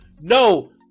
No